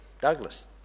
Douglas